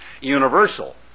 universal